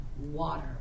water